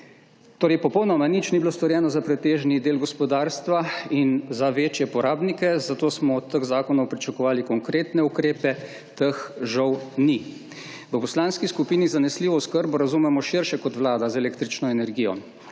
Torej popolnoma nič ni bilo storjeno za pretežni del gospodarstva in za večje porabnike, zato smo od teh zakonov pričakovali konkretne ukrepe. Teh žal ni. V poslanski skupini zanesljivo oskrbo z električno energijo